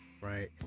right